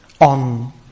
on